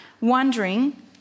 wondering